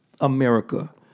America